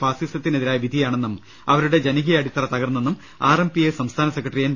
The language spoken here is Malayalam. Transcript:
ഫാസിസത്തിനെതിരായ വിധിയാണെന്നും അവരുടെ ജനകീയ അടിത്തറ തകർന്നെന്നും ആർ എം പി ഐ സംസ്ഥാന സെക്രട്ടറി എൻ